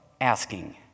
asking